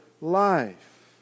life